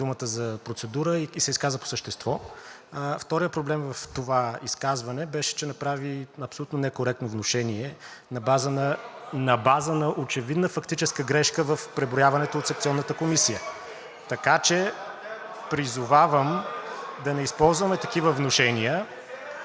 думата за процедура и се изказа по същество. Вторият проблем в това изказване беше, че направи абсолютно некоректно внушение на база на очевидна фактическа грешка в преброяването от секционната комисия. (Шум и реплики.) Така че призовавам да не използваме такива внушения,